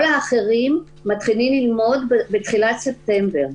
כל האחרים מתחילים ללמוד בתחילת ספטמבר.